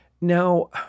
Now